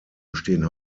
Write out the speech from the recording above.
bestehen